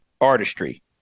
artistry